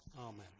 Amen